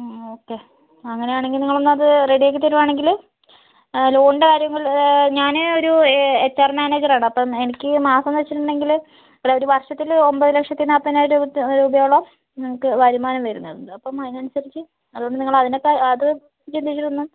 ആ ഓക്കെ അങ്ങനെയാണെങ്കിൽ നിങ്ങൾ എന്നാൽ അത് റെഡി ആക്കി തരുവാണെങ്കിൽ ലോണിൻ്റെ കാര്യങ്ങൾ ഞാൻ ഒരു എച്ച് ആർ മാനേജർ ആണ് അപ്പം എനിക്ക് മാസം എന്നു വെച്ചിട്ടുണ്ടെങ്കിൽ അല്ല ഒരു വർഷത്തിൽ ഒൻപത് ലക്ഷത്തിനാല്പതിനായിരം റുപ്യ രൂപയോളം നമുക്ക് വരുമാനം വരുന്നുണ്ട് അപ്പം അതിനനുസരിച്ച് അതുകൊണ്ട് നിങ്ങൾ അതിനേക്കാൾ അത് വെച്ചിട്ട് എന്തെങ്കിലും ഒന്ന്